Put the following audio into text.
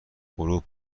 غروب